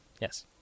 Yes